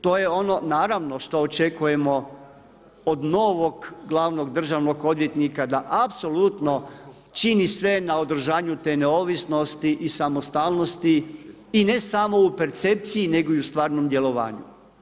To je ono naravno što očekujemo od novog glavnog državnog odvjetnika, da apsolutno čini sve na održanju te neovisnosti i samostalnost i ne samo u percepciji, nego i u stvarnom djelovanju.